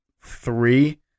three